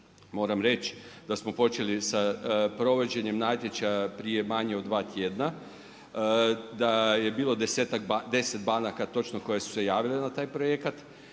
Moram reći da smo počeli sa provođenjem natječaja prije manje od 2 tjedna, da je bilo deset banaka točno koje su se javile na taj projekat